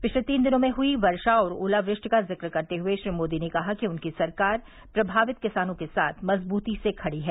पिछले तीन दिनों में हुई वर्षा और ओलावृष्टि का जिक्र करते हुए श्री मोदी ने कहा कि उनकी सरकार प्रभावित किसानों के साथ मजबूती से खड़ी है